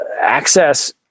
access